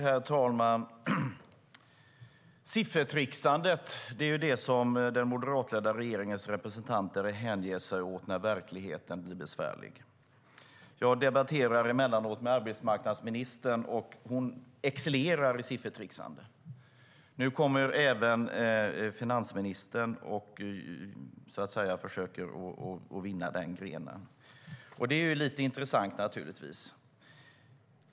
Herr talman! Siffertricksande är det som den moderatledda regeringens representanter hänger sig åt när verkligheten blir besvärlig. Jag debatterar emellanåt med arbetsmarknadsministern, och hon excellerar i siffertricksande. Nu försöker även finansministern att vinna den grenen. Det är naturligtvis lite intressant.